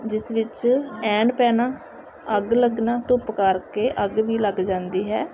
ਜਿਸ ਵਿੱਚ ਅਹਿਣ ਪੈਣਾ ਅੱਗ ਲੱਗਣਾ ਧੁੱਪ ਕਰਕੇ ਅੱਗ ਵੀ ਲੱਗ ਜਾਂਦੀ ਹੈ